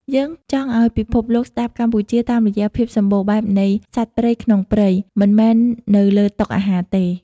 យើងចង់ឱ្យពិភពលោកស្គាល់កម្ពុជាតាមរយៈភាពសំបូរបែបនៃសត្វព្រៃក្នុងព្រៃ មិនមែននៅលើតុអាហារទេ។